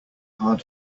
hard